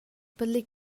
palik